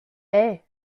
hey